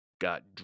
got